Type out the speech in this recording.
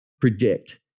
predict